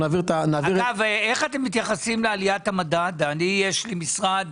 נדאג להעביר עד סוף השבוע את הפירוט של כל המשרדים.